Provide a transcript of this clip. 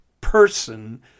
person